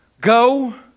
Go